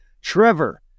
Trevor